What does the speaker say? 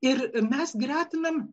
ir mes gretinam